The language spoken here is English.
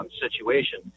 situation